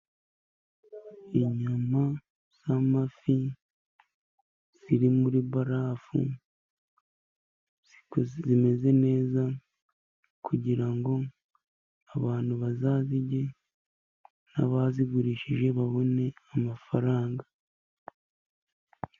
Inyama z'amafi ziri muri barafu zimeze neza, kugira ngo abantu bazazirye n'abazigurishije babone amafaranga.